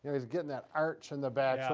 he's getting that arch in the back.